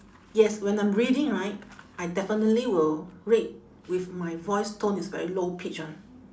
yes when I'm reading right I definitely will read with my voice tone it's very low pitch [one]